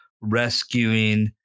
rescuing